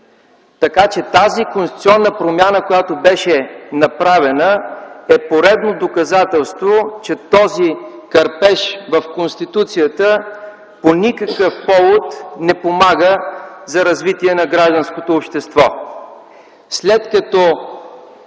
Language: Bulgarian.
Така че тази конституционна промяна, която беше направена, е поредно доказателство, че този кърпеж в Конституцията по никакъв повод не помага за развитие на гражданското общество.